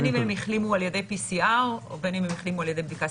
בין אם הם החלימו על ידי PCR ובין אם הם החלימו על ידי בדיקה